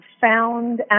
found